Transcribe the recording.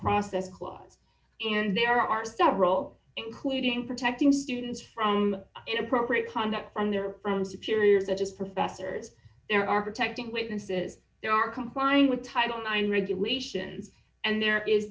process clause and there are several including protecting students from inappropriate conduct from their own superiors as professors there are protecting witnesses there are complying with title nine regulations and there is